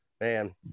Man